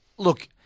Look